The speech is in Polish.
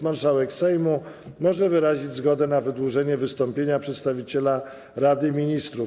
Marszałek Sejmu może wyrazić zgodę na wydłużenie wystąpienia przedstawiciela Rady Ministrów.